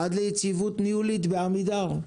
עד ליציבות ניהולית בעמידר,